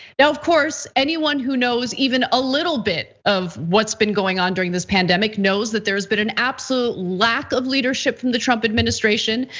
now of course, anyone who knows even a little bit of what's been going on during this pandemic knows that there's been an absolute lack of leadership from the trump administration.